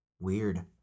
Weird